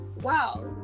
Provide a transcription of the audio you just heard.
Wow